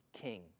king